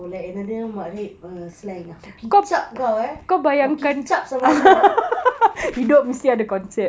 or like another matrep err slang ah aku kicap kau eh gua kicap sama lu